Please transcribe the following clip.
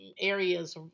areas